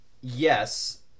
Yes